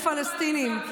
יש פה פלסטינים,